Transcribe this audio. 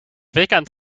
weekend